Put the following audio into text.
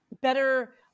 better